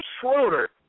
Schroeder